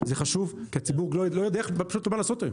זה חשוב, כי הציבור לא יודע פשוט מה לעשות היום.